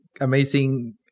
amazing